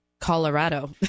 Colorado